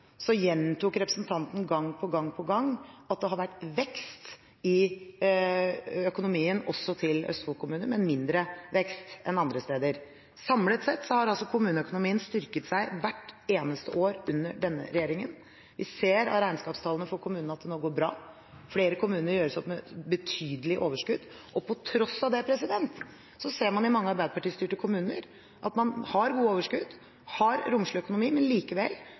gjentok representanten gang på gang at det har vært vekst i økonomien også til Østfold-kommunene, men mindre vekst enn andre steder. Samlet sett har altså kommuneøkonomien styrket seg hvert eneste år under denne regjeringen. Vi ser av regnskapstallene for kommunene at det nå går bra. Flere kommuner gjøres opp med betydelig overskudd. På tross av det ser man i mange Arbeiderparti-styrte kommuner at man har et godt overskudd, romslig økonomi, men likevel